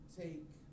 take